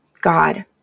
God